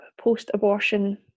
post-abortion